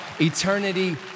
eternity